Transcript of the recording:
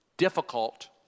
Difficult